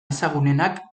ezagunenak